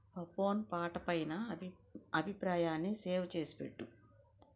phone పాటపైనా అభి అభిప్రాయాన్ని సేవ్ చేసిపెట్టు